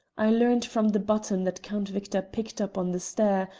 i learned from the button that count victor picked up on the stair,